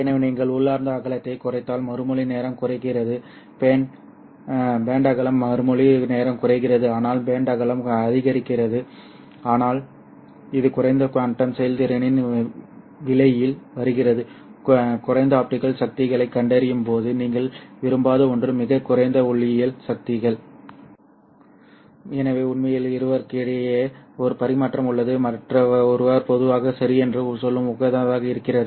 எனவே நீங்கள் உள்ளார்ந்த அகலத்தைக் குறைத்தால் மறுமொழி நேரம் குறைகிறது பேண்ட் அகலம் மறுமொழி நேரம் குறைகிறது ஆனால் பேண்ட் அகலம் அதிகரிக்கிறது ஆனால் இது குறைந்த குவாண்டம் செயல்திறனின் விலையில் வருகிறது குறைந்த ஆப்டிகல் சக்திகளைக் கண்டறியும் போது நீங்கள் விரும்பாத ஒன்று மிகக் குறைந்த ஒளியியல் சக்திகள் எனவே உண்மையில் இருவருக்குமிடையே ஒரு பரிமாற்றம் உள்ளது மற்றும் ஒருவர் பொதுவாக சரி என்று சொல்லும் உகந்ததாக இருக்கிறது